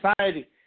society